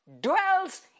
dwells